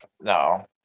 No